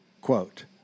Quote